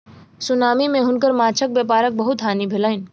tsunami मे हुनकर माँछक व्यापारक बहुत हानि भेलैन